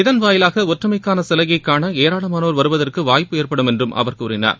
இதன்வாயிலாக ஒற்றுமைக்கான சிலையை காண ஏராளமானோர் வருவதற்கு வாய்ப்பு ஏற்படும் என்று அவர் கூறினார்